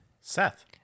Seth